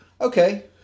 Okay